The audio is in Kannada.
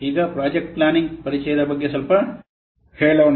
ಈಗ ಪ್ರಾಜೆಕ್ಟ್ ಪ್ಲಾನಿಂಗ್ ಪರಿಚಯದ ಬಗ್ಗೆ ಸ್ವಲ್ಪ ಹೇಳೋಣ